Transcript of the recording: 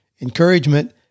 encouragement